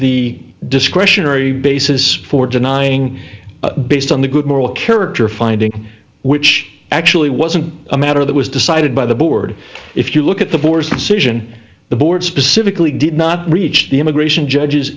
the discretionary basis for denying based on the good moral character finding which actually wasn't a matter that was decided by the board if you look at the board's decision the board specifically did not reach the immigration judges